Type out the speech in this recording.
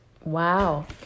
Wow